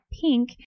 pink